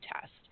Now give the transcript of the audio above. test